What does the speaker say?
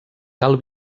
cal